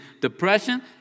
Depression